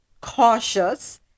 cautious